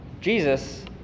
Jesus